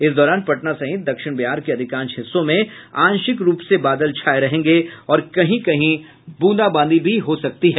इस दौरान पटना सहित दक्षिण बिहार के अधिकांश हिस्सों में आंशिक रूप से बादल छाये रहेंगे और कहीं कहीं ब्रंदाबांदी भी हो सकती है